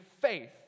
faith